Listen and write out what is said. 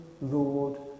Lord